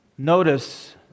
Notice